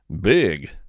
Big